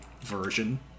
version